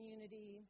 Unity